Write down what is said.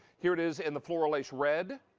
here it is in the floral lace red,